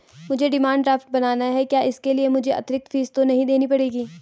मुझे demand draft बनाना है क्या इसके लिए मुझे अतिरिक्त फीस तो नहीं देनी पड़ेगी?